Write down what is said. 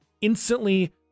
instantly